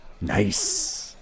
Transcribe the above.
Nice